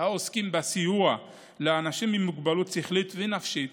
העוסקים בסיוע לאנשים עם מוגבלות שכלית ונפשית